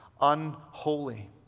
unholy